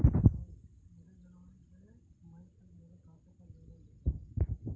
मुझे जनवरी से मई तक मेरे खाते का विवरण दिखाओ?